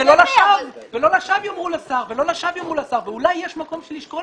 לא לשווא יאמרו לשר ואולי יש מקום לשקול